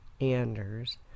Anders